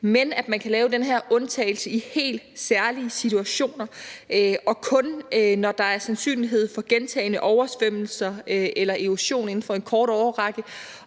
men at man kan lave den her undtagelse i helt særlige situationer og kun, når der er sandsynlighed for gentagne oversvømmelser eller erosion inden for en kort årrække,